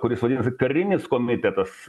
kuris vadinasi karinis komitetas